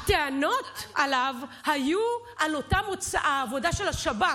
הטענות עליו היו על העבודה של השב"כ,